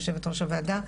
יושבת ראש הוועדה,